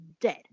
dead